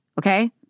Okay